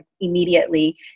immediately